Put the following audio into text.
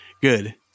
good